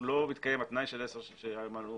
לא מתקיים התנאי של עשר שנים,